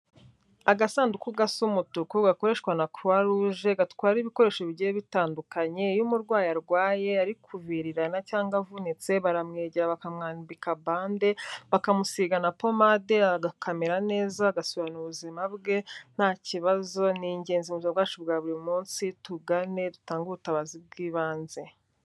Agasanduku gasa umutuku gakoreshwa na croix rouge gatwara ibikoresho bigiye bitandukanye, iyo umurwayi arwaye ari kuvirirana cyangwa avunitse, baramwegera bakamwambika bande, bakamusiga na pomade, agakamera neza, agasubira mu ubuzima bwe, nta kibazo. Ni ingenzi mu buzima bwacu bwa buri munsi, tugane dutange ubutabazi bw'ibanze.